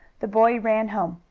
the boy ran home.